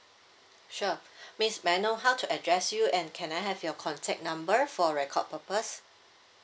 sure miss may I know how to address you and can I have your contact number for record purpose